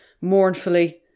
mournfully